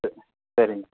சே சரிங்க